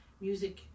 music